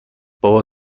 بابا